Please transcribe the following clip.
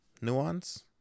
Nuance